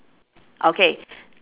okay